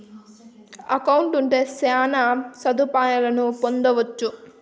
account ఉంటే శ్యాన సదుపాయాలను పొందొచ్చు